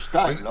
ב-14:00.